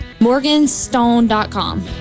Morganstone.com